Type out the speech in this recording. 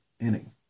inning